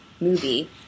movie